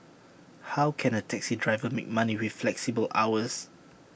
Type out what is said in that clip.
how can A taxi driver make money with flexible hours